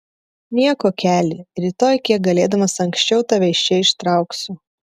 nieko keli rytoj kiek galėdamas anksčiau tave iš čia ištrauksiu